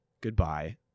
goodbye